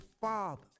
father